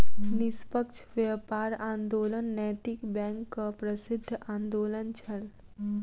निष्पक्ष व्यापार आंदोलन नैतिक बैंकक प्रसिद्ध आंदोलन छल